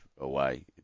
away